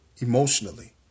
emotionally